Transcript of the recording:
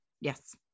Yes